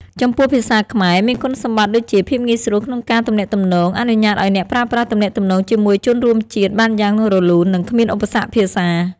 ចំពោះភាសាខ្មែរមានគុណសម្បត្តិដូចជាភាពងាយស្រួលក្នុងការទំនាក់ទំនង អនុញ្ញាតឲ្យអ្នកប្រើប្រាស់ទំនាក់ទំនងជាមួយជនរួមជាតិបានយ៉ាងរលូន និងគ្មានឧបសគ្គភាសា។